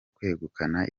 kwegukana